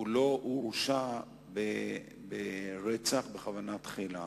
הוא לא הורשע ברצח בכוונה תחילה